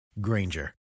Granger